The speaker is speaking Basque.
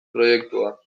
proiektua